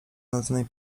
nędznej